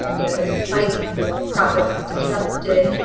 and you know, the supply process is disrupted.